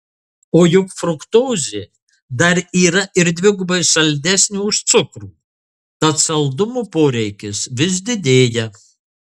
o juk fruktozė dar yra ir dvigubai saldesnė už cukrų tad saldumo poreikis vis didėja